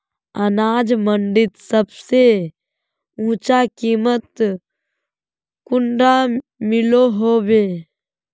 अनाज मंडीत सबसे ऊँचा कीमत कुंडा मिलोहो होबे?